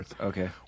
okay